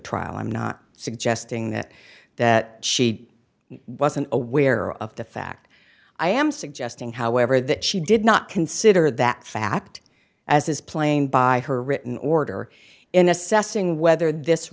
trial i'm not suggesting that that she wasn't aware of the fact i am suggesting however that she did not consider that fact as is playing by her written order in assessing whether this